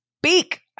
speak